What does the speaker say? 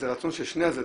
זה רצון של שני הצדדים,